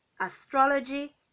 astrology